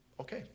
Okay